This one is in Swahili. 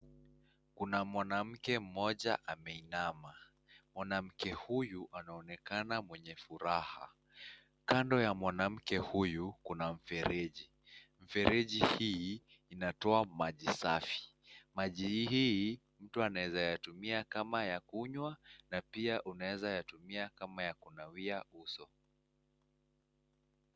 Kuna mwanamke mmoja ameinama, mwanamke huyu anaonekana mwenye furaha. Kando ya mwanamke huyu kuna mfereji, mfereji hii inatoa maji safi. Maji hii mtu anaeza yatumia kama ya kunywa na pia unaeza yatumia kama ya kunawia uso.